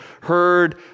heard